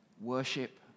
worship